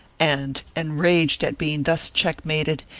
and, enraged at being thus checkmated,